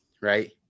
right